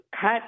cut